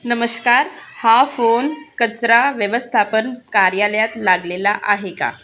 नमस्कार हा फोन कचरा व्यवस्थापन कार्यालयात लागलेला आहे का